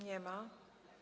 Nie ma.